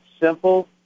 simple